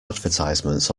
advertisements